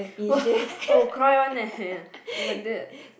I will cry one leh if like that